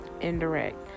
indirect